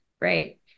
right